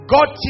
God